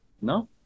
No